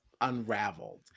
unraveled